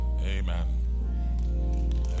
Amen